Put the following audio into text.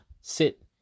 sit